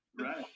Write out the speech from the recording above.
Right